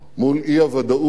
מול האי-ודאות